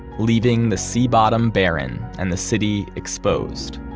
leaving the sea bottom barren, and the city exposed